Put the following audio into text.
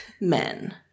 men